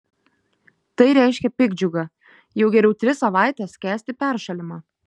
tai reiškia piktdžiugą jau geriau tris savaites kęsti peršalimą